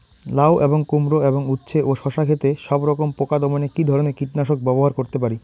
লাউ এবং কুমড়ো এবং উচ্ছে ও শসা ক্ষেতে সবরকম পোকা দমনে কী ধরনের কীটনাশক ব্যবহার করতে পারি?